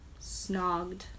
Snogged